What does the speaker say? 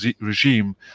regime